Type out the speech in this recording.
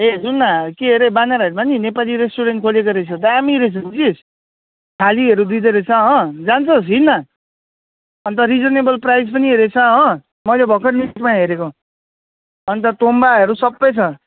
ए सुन् न के अरे बानारसमा नि नेपाली रेस्टुरेन्ट खोलेको रहेछ दामी रहेछ बुझिस् थालीहरू दिँदोरहेछ हो जान्छस् हिँड् न अनि त रिजनेबल प्राइस पनि रहेछ हो मैले भर्खरै नेटमा हेरेको अनि त तोम्बाहरू सबै छ